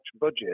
budget